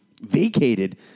vacated